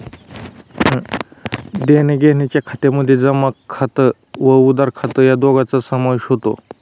देण्याघेण्याच्या खात्यामध्ये जमा खात व उधार खात या दोघांचा समावेश होतो